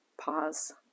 Pause